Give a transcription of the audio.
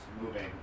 moving